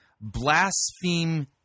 blaspheme